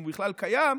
אם הוא בכלל קיים,